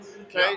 Okay